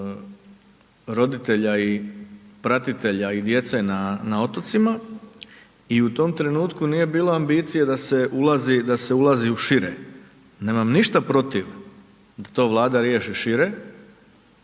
roditelja i pratitelja i djece na otocima i u tom trenutku nije bila ambicija da se ulazi u šire, nemam ništa protiv da to Vlada riješi šire